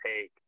take